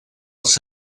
els